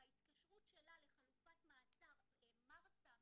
בהתקשרות שלה לחלופת מעצר 'מרסה',